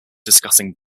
discussing